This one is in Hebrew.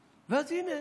ואז, הינה,